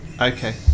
Okay